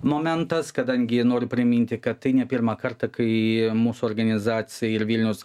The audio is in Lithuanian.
momentas kadangi noriu priminti kad tai ne pirmą kartą kai mūsų organizacija ir vilnius